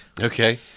Okay